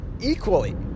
equally